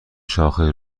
شاخه